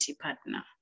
partner